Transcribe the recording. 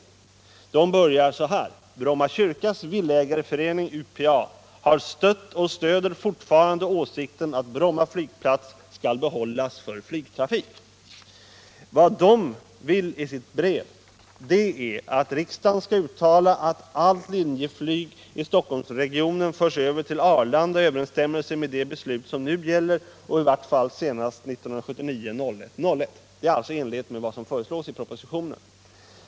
Det brevet börjar så här: ”Bromma Kyrkas Villaägarförening upa har stött och stöder fortfarande åsikten att Bromma flygplats skall behållas för flygtrafik.” Vad föreningen vill med sitt brev är att ”riksdagen uttalar att allt linjeflyg i Stockholmsregionen förs över till Arlanda i överensstämmelse med de beslut som nu gäller och i vart fall senast 1979-01-01.” Detta är alltså i enlighet med vad som föreslås i propositionen.